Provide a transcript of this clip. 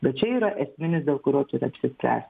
bet čia yra esminis dėl kurio turi apsispręs